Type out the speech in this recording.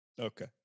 Okay